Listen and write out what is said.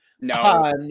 No